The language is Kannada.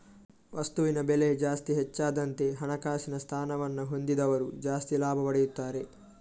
ವಸ್ತುವಿನ ಬೆಲೆ ಜಾಸ್ತಿ ಹೆಚ್ಚಾದಂತೆ ಹಣಕಾಸಿನ ಸ್ಥಾನವನ್ನ ಹೊಂದಿದವರು ಜಾಸ್ತಿ ಲಾಭ ಪಡೆಯುತ್ತಾರೆ